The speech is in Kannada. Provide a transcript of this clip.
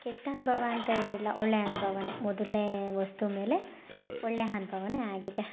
ಕೆಟ್ಟ ಅನುಭವ ಅಂತ ಏನಿಲ್ಲ ಒಳ್ಳೆ ಅನುಭವನೆ ಮೊದಲನೆ ವಸ್ತು ಮೇಲೆ ಒಳ್ಳೆ ಅನ್ಭವನೇ ಆಗಿದೆ